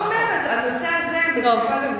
לא, אני רק אומרת: הנושא הזה מטופל במסגרת החוק.